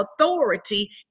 authority